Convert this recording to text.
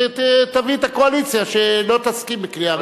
תביא את הקואליציה שלא תסכים בקריאה ראשונה.